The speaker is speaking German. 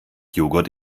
joghurt